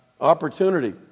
opportunity